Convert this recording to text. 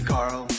Carl